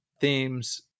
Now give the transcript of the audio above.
themes